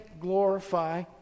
glorify